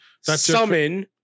summon